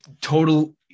total